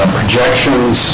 projections